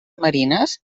marines